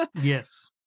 yes